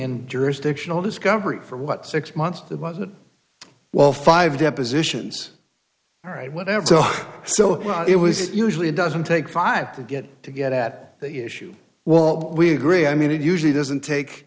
in jurisdictional discovery for what six months it wasn't well five depositions all right whatever so it was it usually doesn't take five to get to get at the issue well we agree i mean it usually doesn't take